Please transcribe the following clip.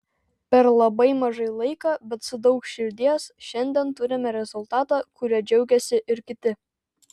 per labai mažai laiko bet su daug širdies šiandien turime rezultatą kuriuo džiaugiasi ir kiti